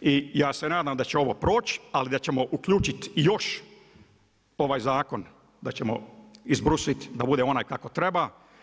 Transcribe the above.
i ja se nadam da će ovo proći, ali da ćemo uključiti još ovaj zakon, da ćemo izbrusiti da bude onaj kako treba.